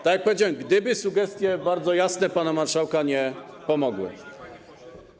Tak jak powiedziałem - gdyby sugestie bardzo jasne pana marszałka nie pomogły.